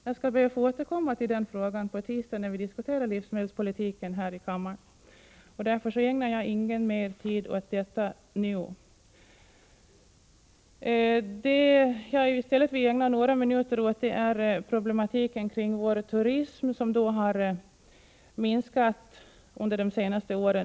Jag skall be att få återkomma till den frågan på tisdag när vi diskuterar livsmedelspolitiken här i kammaren. Därför ägnar jag ingen mer tid åt detta nu. Jag villi stället ägna några minuter åt problematiken kring vår turism, som har minskat under de senaste åren.